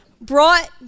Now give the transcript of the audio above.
brought